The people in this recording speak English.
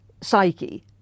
psyche